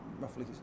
roughly